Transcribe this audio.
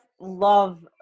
love